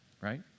right